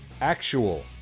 Actual